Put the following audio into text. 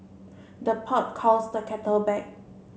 the pot calls the kettle black